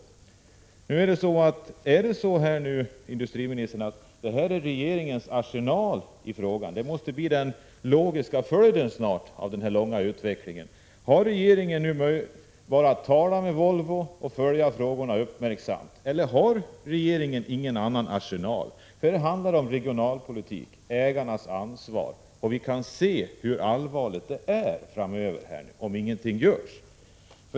Jag vill fråga industriministern om detta är den arsenal av åtgärder som regeringen har att sätta in när det gäller den här frågan. Att man får intrycket att det är så måste bli den logiska följden av den här långdragna utvecklingen. Har regeringen inget annat att komma med än att säga att man skall tala med Volvo och att man skall följa frågan med uppmärksamhet? Har regeringen ingen annan arsenal? Det handlar ju här om regionalpolitik och om ägarnas ansvar. Vi kan se hur allvarligt det kommer att bli framöver om ingenting görs.